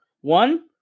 One